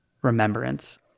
remembrance